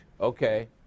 Okay